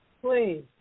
please